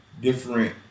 different